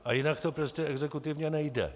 A jinak to prostě exekutivně nejde.